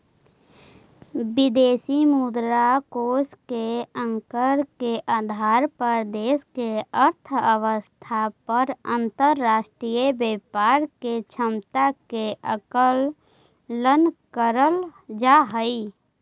विदेशी मुद्रा कोष के आंकड़ा के आधार पर देश के अर्थव्यवस्था और अंतरराष्ट्रीय व्यापार के क्षमता के आकलन करल जा हई